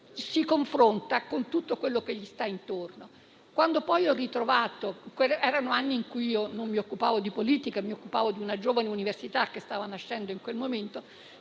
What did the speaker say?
si confronta con tutto quello che gli sta intorno. In quegli anni non mi occupavo di politica; mi occupavo di una giovane università che stava nascendo in quel momento.